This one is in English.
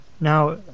Now